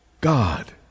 God